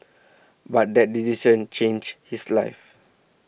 but that decision changed his life